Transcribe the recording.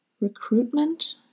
Recruitment